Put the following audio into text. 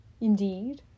Indeed